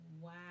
Wow